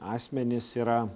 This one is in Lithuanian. asmenys yra